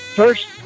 first